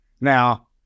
Now